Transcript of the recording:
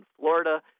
Florida